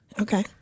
okay